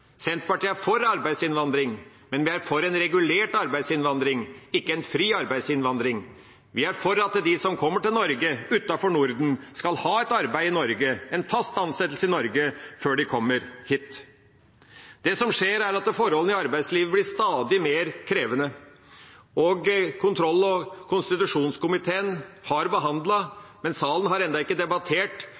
Senterpartiet er for arbeidsinnvandring, men vi er for en regulert arbeidsinnvandring, ikke en fri arbeidsinnvandring. Vi er for at de som kommer til Norge fra utenfor Norden, skal ha et arbeid i Norge, en fast ansettelse i Norge før de kommer hit. Det som skjer, er at forholdene i arbeidslivet blir stadig mer krevende. Kontroll- og konstitusjonskomiteen har behandlet, men salen har ennå ikke debattert,